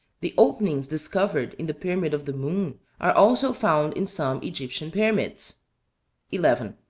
the openings discovered in the pyramid of the moon are also found in some egyptian pyramids eleven,